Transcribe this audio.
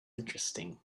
interesting